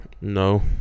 No